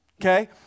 okay